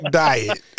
diet